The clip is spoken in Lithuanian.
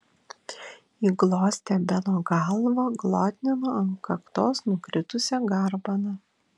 ji glostė beno galvą glotnino ant kaktos nukritusią garbaną